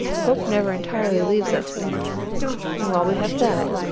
hope never entirely leaves us and while we have that,